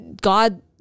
god